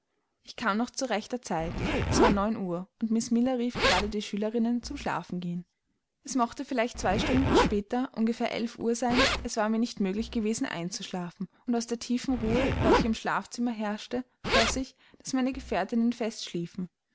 ich kam noch zu rechter zeit es war neun uhr und miß miller rief gerade die schülerinnen zum schlafengehen es mochte vielleicht zwei stunden später ungefähr elf uhr sein es war mir nicht möglich gewesen einzuschlafen und aus der tiefen ruhe welche im schlafzimmer herrschte schloß ich daß meine gefährtinnen fest schliefen